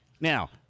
Now